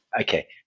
okay